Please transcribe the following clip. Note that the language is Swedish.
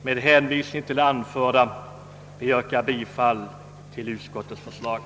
Med hänvisning till det anförda vill jag yrka bifall till utskottets hemställan.